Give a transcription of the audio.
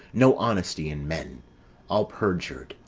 no honesty in men all perjur'd,